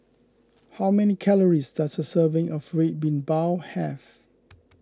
how many calories does a serving of Red Bean Bao have